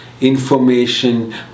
information